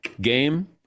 game